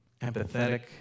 empathetic